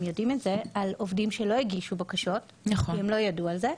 הם יודעים את זה על עובדים שלא הגישו בקשות כי הם לא ידעו על זה,